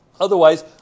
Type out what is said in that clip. Otherwise